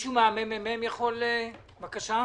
מישהו ממרכז המחקר והמידע של הכנסת מבקש להתייחס?